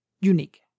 unique